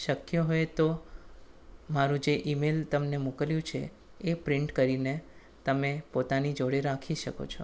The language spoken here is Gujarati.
શક્ય હોય તો મારું જે ઈમેલ તમને મોકલ્યું છે એ પ્રિન્ટ કરીને તમે પોતાની જોડે રાખી શકો છો